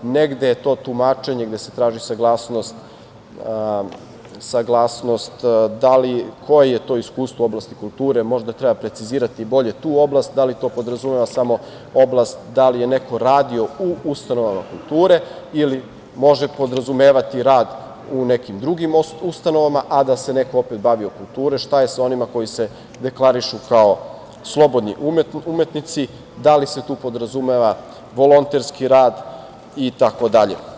Negde je to tumačenje gde se traži saglasnost koje je to iskustvo u oblasti kulture, možda treba precizirati bolje tu oblast, da li to podrazumeva samo oblast da li je neko radio u ustanovama kulture ili može podrazumevati rad u nekim drugim ustanovama, a da se neko opet bavio kulturom, šta je sa onima koji se deklarišu kao slobodni umetnici, da li se tu podrazumeva volonterski rad itd.